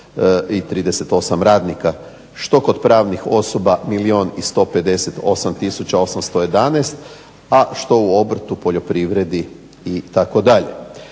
38 radnika što kod pravnih osoba milijun 158 tisuća 881, a što u obrtu, poljoprivredi itd.